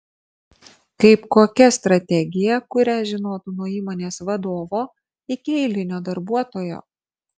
kaip kokia strategija kurią žinotų nuo įmonės vadovo iki eilinio darbuotojo